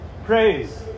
praise